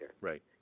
Right